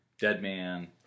Deadman